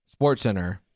SportsCenter